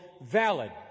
valid